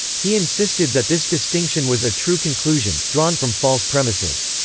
he insisted that this distinction was a true conclusion, drawn from false premises.